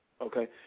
Okay